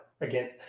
again